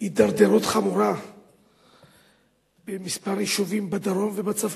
הידרדרות חמורה בכמה יישובים בדרום ובצפון,